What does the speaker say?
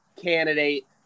candidate